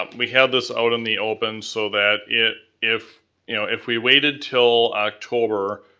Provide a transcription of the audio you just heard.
um we have this out in the open so that it, if you know if we waited till october,